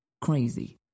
crazy